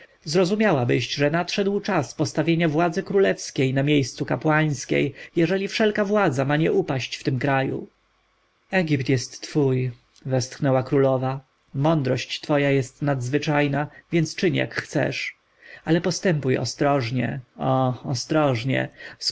żołnierzy zrozumiałabyś że nadszedł czas postawienia władzy królewskiej na miejscu kapłańskiej jeżeli wszelka władza nie ma upaść w tym kraju egipt jest twój westchnęła królowa mądrość twoja jest nadzwyczajna więc czyń jak chcesz ale postępuj ostrożnie o ostrożnie